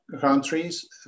countries